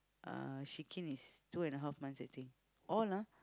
uh Shikin is two and a half months I think all ah